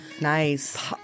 nice